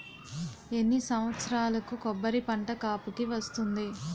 ఎన్ని సంవత్సరాలకు కొబ్బరి పంట కాపుకి వస్తుంది?